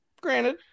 granted